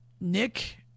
Nick